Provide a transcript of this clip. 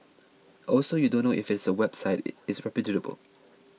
also you don't know if there's a website is reputable